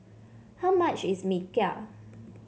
how much is Mee Kuah